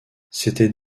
c’était